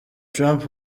trump